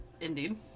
Indeed